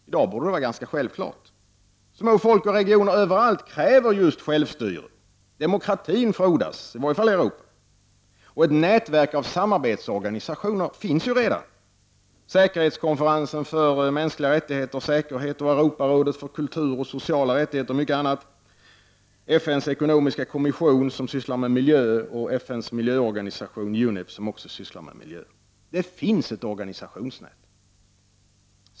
I dag borde det vara ganska självklart. Små folk och regioner kräver överallt självstyrelse. Demokratin frodas, i varje fall i Europa. Ett nätverk av samarbetsorganisationer finns ju redan: säkerhetskonferensen för mänskliga rättigheter och säkerhet samt Europarådet för kultur och sociala rättigheter m.m., vidare FN:s ekonomiska kommission som sysslar med miljö liksom FN:s miljöorganisation UNEP som också sysslar med miljö. Det finns ett organisationsnät.